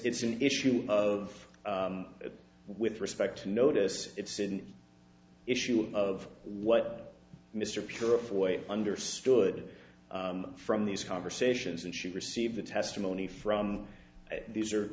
it's an issue of it with respect to notice it's an issue of what mr purefoy understood from these conversations and she received the testimony from these are